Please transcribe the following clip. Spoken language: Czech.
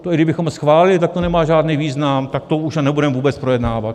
To i kdybychom schválili, tak to nemá žádný význam, tak to už nebudeme vůbec projednávat.